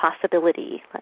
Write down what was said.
possibility